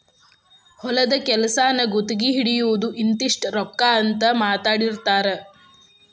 ಹೊಲದ ಕೆಲಸಾನ ಗುತಗಿ ಹಿಡಿಯುದು ಇಂತಿಷ್ಟ ರೊಕ್ಕಾ ಅಂತ ಮಾತಾಡಿರತಾರ